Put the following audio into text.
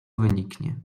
wyniknie